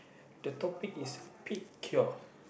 the topic is paid cured